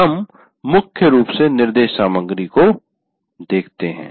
हम मुख्य रूप से निर्देश सामग्री को देखते हैं